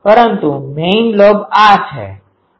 પરંતુ main lobe આ છે